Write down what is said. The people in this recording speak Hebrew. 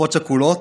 משפחות שכולות,